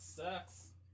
sucks